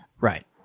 right